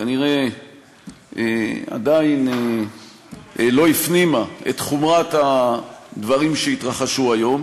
כנראה עדיין לא הפנימה את חומרת הדברים שהתרחשו היום,